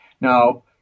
Now